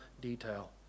detail